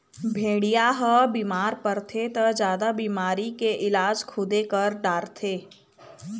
भेड़िया ह बिमार परथे त जादा बिमारी के इलाज खुदे कर डारथे